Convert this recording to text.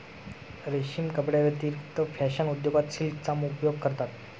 रेशीम कपड्यांव्यतिरिक्त फॅशन उद्योगात सिल्कचा उपयोग करतात